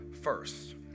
first